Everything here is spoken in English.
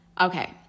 Okay